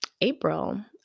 April